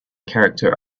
character